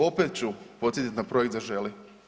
Opet ću podsjetit na projekt Zaželi.